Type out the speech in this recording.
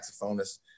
saxophonist